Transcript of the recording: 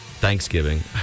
Thanksgiving